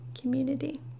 community